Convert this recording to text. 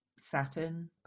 saturn